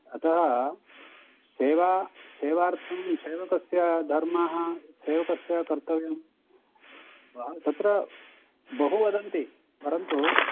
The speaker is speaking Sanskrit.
अतः सेवा सेवार्थं सेवकस्य धर्मः सेवकस्य कर्तव्यं बहु तत्र बहु वदन्ति परन्तु